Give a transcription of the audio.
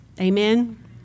Amen